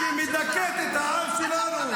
-- שמדכאת את העם שלנו.